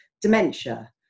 dementia